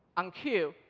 on q,